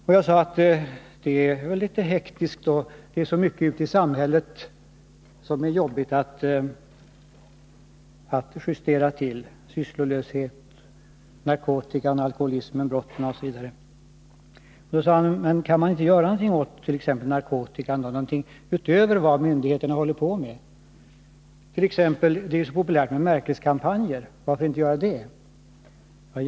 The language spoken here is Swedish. Jag svarade att det är litet hektiskt och att det är många problem ute i samhället som det är svårt att komma till rätta med — sysslolösheten, narkotikamissbruket, alkoholismen, brottsligheten osv. Gunnar Hedlund undrade då om man inte, utöver myndigheternas arbete, kunde göra någonting åt t. ex narkotikan. Det är ju så populärt med märkeskampanjer, varför startar ni inte en sådan? undrade Gunnar Hedlund.